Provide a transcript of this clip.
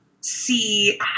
see